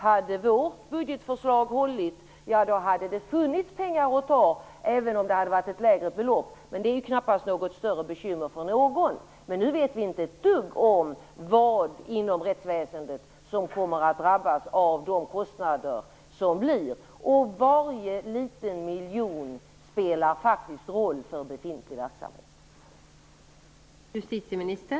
Om vårt budgetförslag hade hållit, hade det funnits pengar att använda, även om det hade varit ett lägre beloppet. Men det hade ju knappast varit något större bekymmer för någon. Nu vet vi inte dugg om vad inom rättsväsendet som kommer att drabbas av de kostnader som uppstår. Varje liten miljon spelar faktiskt roll för den befintliga verksamheten.